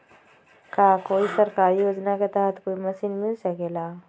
का कोई सरकारी योजना के तहत कोई मशीन मिल सकेला?